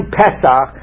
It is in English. pesach